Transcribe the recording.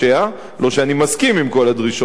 לא שאני מסכים עם כל הדרישות שלהם,